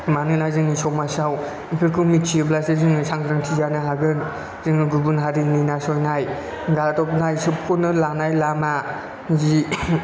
मानोना जोंनि समाजाव बेफोरखौ मिथियोब्लासो जों सांग्रांथि जानो हागोन जोङो गुबुन हारिनि नासयनाय गादबनाय सोबख'नो लानाय लामा जि